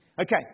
Okay